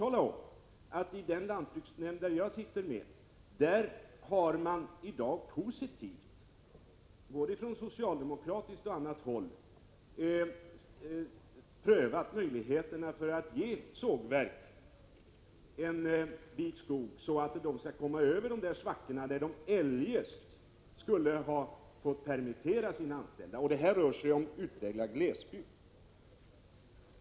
Jag kan berätta att i den lantbruksnämnd som jag sitter i är i dag både socialdemokrater och andra positiva till att pröva möjligheterna att ge sågverk litet skog så att de kan komma över de svackor där de eljest skulle ha permitterat sina anställda. Det rör sig här om utpräglad landsbygd.